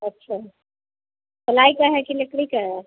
अच्छा प्लाई का है कि लकड़ी का है